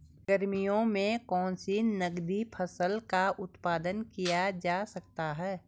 गर्मियों में कौन सी नगदी फसल का उत्पादन किया जा सकता है?